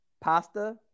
pasta